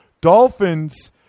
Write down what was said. Dolphins